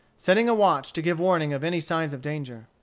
setting a watch to give warning of any signs of danger.